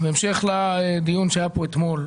בהמשך לדיון שהיה פה אתמול,